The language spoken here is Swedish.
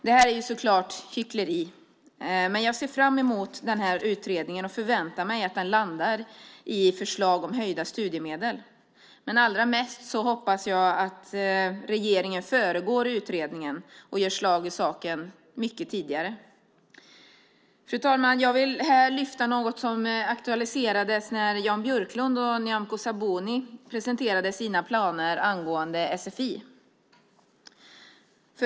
Det här är såklart hyckleri, men jag ser fram emot den här utredningen och förväntar mig att den landar i förslag om höjda studiemedel, men allra mest hoppas jag att regeringen föregår utredningen och gör slag i saken mycket tidigare. Fru talman! Jag vill här lyfta fram något som aktualiserades när Jan Björklund och Nyamko Sabuni presenterade sina planer angående sfi.